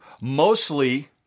Mostly